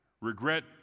Regret